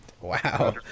wow